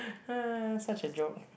such a joke